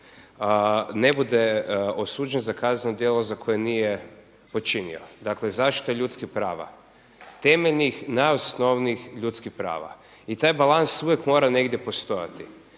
ne bude osuđen za kazneno djelo koje nije počinio, dakle zaštita ljudskih prava. Temeljnih, najosnovnijih ljudskih prava. I taj balans uvijek mora negdje postojati.